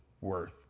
worth